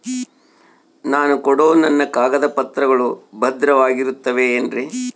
ನಾನು ಕೊಡೋ ನನ್ನ ಕಾಗದ ಪತ್ರಗಳು ಭದ್ರವಾಗಿರುತ್ತವೆ ಏನ್ರಿ?